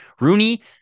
Rooney